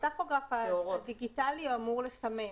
בטכוגרף הדיגיטלי הוא אמור לסמן.